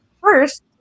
first